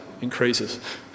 increases